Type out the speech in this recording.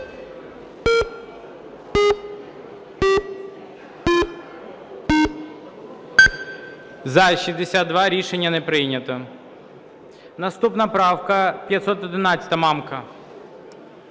За-62 Рішення не прийнято. Наступна правка 511, Мамка.